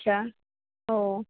अच्छा हो